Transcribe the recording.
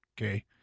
Okay